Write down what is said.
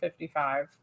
$55